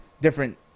different